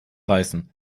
reißen